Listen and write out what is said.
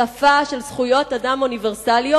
שפה של זכויות אדם אוניברסליות.